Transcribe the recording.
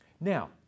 Now